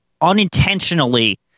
unintentionally